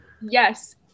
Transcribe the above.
yes